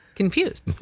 Confused